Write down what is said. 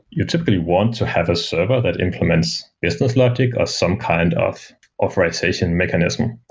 you typically want to have a server that implements business logic or some kind of authorization mechanism.